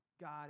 God